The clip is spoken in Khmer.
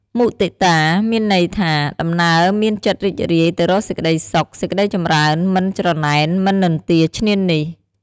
មុទិតា មានន័យថា ដំណើរមានចិត្តរីករាយទៅរកសេចក្តីសុខ សេចក្តីចម្រើន មិនច្រណែន មិននិន្ទាឈ្នានីស។